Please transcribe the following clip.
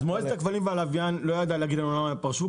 מועצת הכבלים והלוויין לא ידעה להגיד לנו למה הם פרשו,